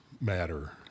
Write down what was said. Matter